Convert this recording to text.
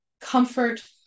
comfort